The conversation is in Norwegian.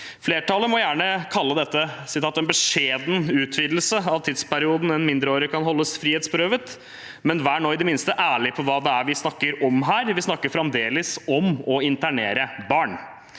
Flertallet må gjerne kalle dette «en beskjeden utvidelse av tidsperioden en mindreårig kan holdes frihetsberøvet», men vær nå i det minste ærlig om hva det er vi snakker om her. Vi snakker fremdeles om å internere barn.